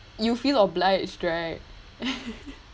you feel obliged right